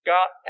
God